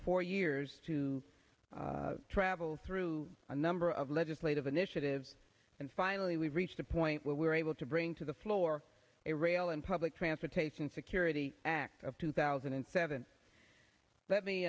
four years to travel through a number of legislative initiatives and finally we reached a point where we were able to bring to the floor a rail and public transportation security act of two thousand and seven